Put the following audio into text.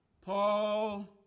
Paul